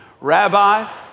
rabbi